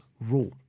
rule